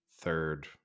third